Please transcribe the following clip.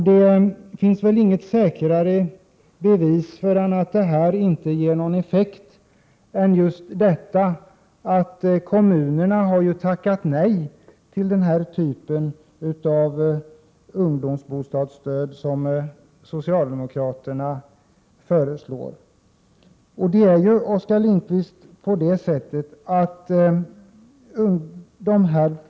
Det finns inget säkrare bevis för att detta inte ger någon effekt än det förhållandet att kommunerna har tackat nej till denna typ av ungdomsbostadsstöd som socialdemokraterna föreslår.